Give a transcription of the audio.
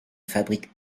fabriques